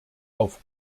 auf